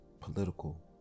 political